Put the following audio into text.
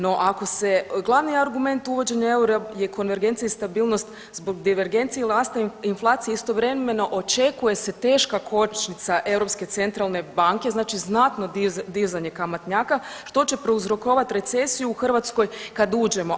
No, ako se glavni argument uvođenja eura je konvergencija i stabilnost zbog divergencije jer nastaje inflacija istovremeno očekuje se teška kočnica Europske centralne banke, znači znatno dizanje kamatnjaka što će prouzrokovati recesiju u Hrvatskoj kad uđemo.